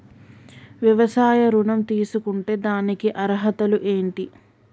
వ్యవసాయ ఋణం తీసుకుంటే దానికి అర్హతలు ఏంటి?